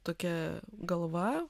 tokia galva